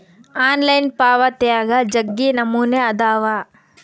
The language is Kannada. ಆನ್ಲೈನ್ ಪಾವಾತ್ಯಾಗ ಜಗ್ಗಿ ನಮೂನೆ ಅದಾವ